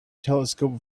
telescope